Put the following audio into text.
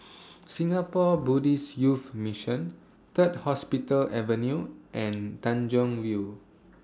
Singapore Buddhist Youth Mission Third Hospital Avenue and Tanjong Rhu